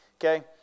Okay